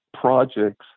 projects